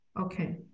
Okay